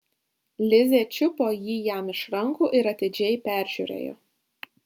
lizė čiupo jį jam iš rankų ir atidžiai peržiūrėjo